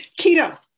Keto